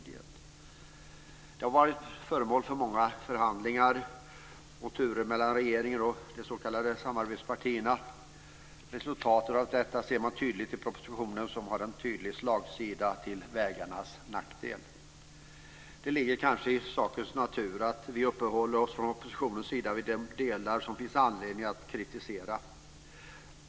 Detta har varit föremål för många förhandlingar och turer mellan regeringen och de s.k. samarbetspartierna. Resultatet av det ser man tydligt i propositionen, som har en tydlig slagsida till vägarnas nackdel. Det ligger kanske i sakens natur att vi från oppositionens sida uppehåller oss vid de delar som det finns anledning att kritisera.